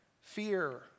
fear